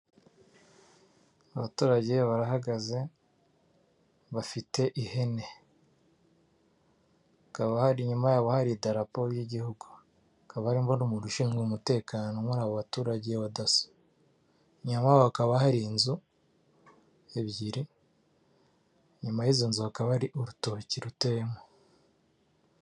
Abaturage barahagaze bafite ihene, hakaba hari inyuma yabo hari idarapo y'igihugu, hakaba hari n'umuntu ushinzwe umutekano muri abo baturage, muri abo baturage inyuma hakaba hari inzu ebyiri nyuma y'izo nzu hakaba urutoki ruteyemo.